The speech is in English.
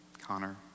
Connor